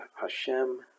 Hashem